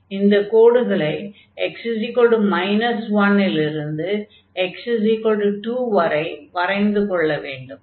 இந்த கோடுகளை x 1 லிருந்து x 2 வரை வரைந்து கொள்ள வேண்டும்